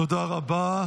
תודה רבה.